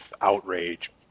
outrage